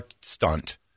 stunt